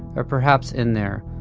or perhaps in there,